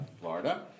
Florida